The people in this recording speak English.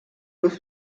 with